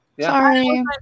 Sorry